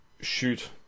shoot